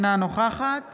אינה נוכחת